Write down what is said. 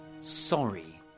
Sorry